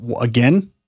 again